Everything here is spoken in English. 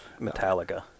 Metallica